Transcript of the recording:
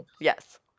yes